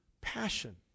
passion